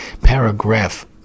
Paragraph